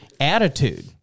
Attitude